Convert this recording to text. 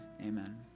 amen